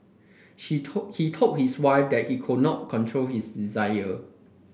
she told he told his wife that he could not control his desire